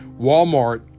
Walmart